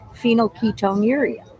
phenylketonuria